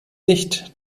nicht